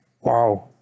wow